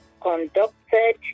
conducted